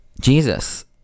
Jesus